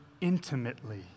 Intimately